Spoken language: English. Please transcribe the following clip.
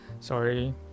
Sorry